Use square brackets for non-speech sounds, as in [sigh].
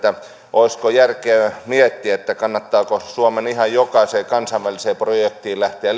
olisiko järkeä miettiä kannattaako suomen ihan jokaiseen kansainväliseen projektiin lähteä [unintelligible]